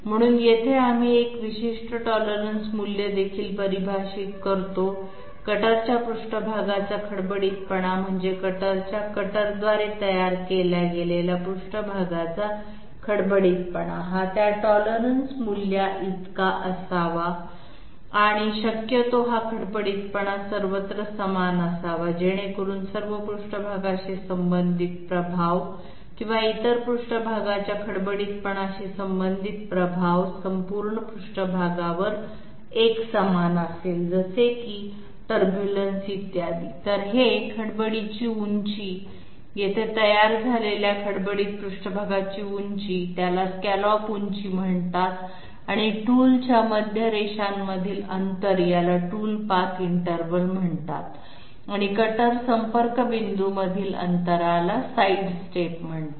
म्हणून येथे आम्ही एक विशिष्ट टॉलरन्स मूल्य देखील परिभाषित करतो कटरच्या पृष्ठभागाचा खडबडीतपणा म्हणजे कटरच्या कटरद्वारे तयार केला गेलेल्या पृष्ठभागाचा खडबडीतपणा हा त्या टॉलरन्स मूल्य इतका असावे आणि शक्यतो हा खडबडीतपणा सर्वत्र समान असावा जेणेकरून सर्व पृष्ठभागाशी संबंधित प्रभाव जसे की टर्ब्युलन्स इत्यादी किंवा इतर पृष्ठभागाच्या खडबडीतपणाशी संबंधित प्रभाव संपूर्ण पृष्ठभागावर एकसमान असेल तर हे खडबडीची उंची येथे तयार झालेल्या खडबडीत पृष्ठभागाची उंची त्याला स्कॅलॉप उंची म्हणतात आणि टूलच्या मध्य रेषांमधील अंतर याला टूल पाथ इंटरव्हल म्हणतात आणि कटर संपर्क बिंदूंमधील अंतराला साईड स्टेप म्हणतात